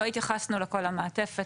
לא התייחסנו לכל המעטפת,